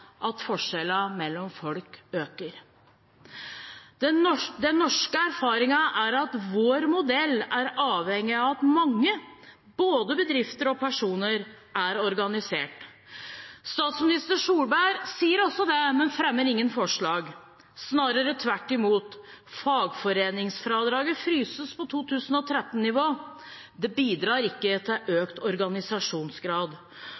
at forskjellene mellom folk øker. Den norske erfaringen er at vår modell er avhengig av at mange, både bedrifter og personer, er organisert. Statsminister Solberg sier også det, men fremmer ingen forslag. Snarere tvert imot, fagforeningsfradraget fryses på 2013-nivå. Det bidrar ikke til